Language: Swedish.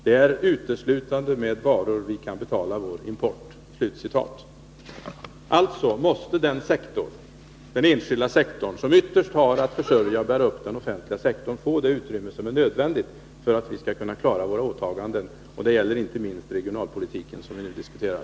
Det är uteslutande med varor vi kan betala vår import.” Den enskilda sektorn, som ytterst har att försörja och bära upp den offentliga sektorn, måste alltså få nödvändigt utrymme för att vi skall kunna klara våra åtaganden. Det gäller inte minst i fråga om regionalpolitiken, som vi nu diskuterar.